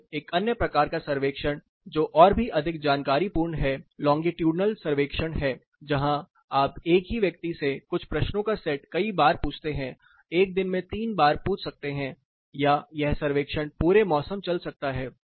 लेकिन एक अन्य प्रकार का सर्वेक्षण जो और भी अधिक जानकारीपूर्ण है लोंगिट्यूडनल सर्वेक्षण है जहाँ आप एक ही व्यक्ति से कुछ प्रश्नों का सेट कई बार पूछते हैं 1 दिन में तीन चार बार पूछ सकते हैं या यह सर्वेक्षण पूरे मौसम चल सकता है